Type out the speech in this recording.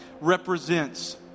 represents